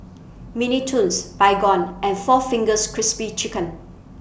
Mini Toons Baygon and four Fingers Crispy Chicken